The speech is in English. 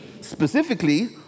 Specifically